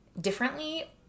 differently